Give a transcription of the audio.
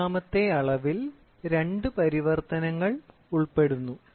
മൂന്നാമത്തെ അളവിൽ രണ്ട് പരിവർത്തനങ്ങൾ ഉൾപ്പെടുന്നു